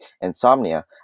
insomnia